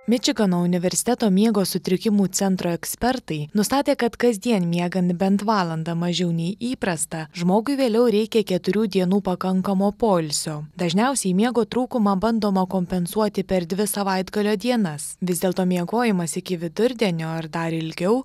mičigano universiteto miego sutrikimų centro ekspertai nustatė kad kasdien miegant bent valandą mažiau nei įprasta žmogui vėliau reikia keturių dienų pakankamo poilsio dažniausiai miego trūkumą bandoma kompensuoti per dvi savaitgalio dienas vis dėl to miegojimas iki vidurdienio ar dar ilgiau